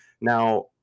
Now